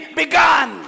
begun